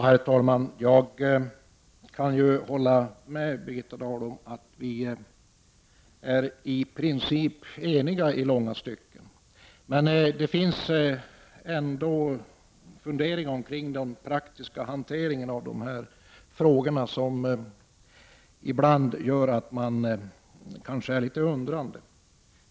Herr talman! Jag håller med Birgitta Dahl om att vi i princip är eniga i långa stycken. Men den praktiska hanteringen av dessa frågor gör ibland att man blir litet undrande.